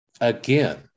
Again